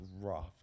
rough